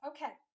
Okay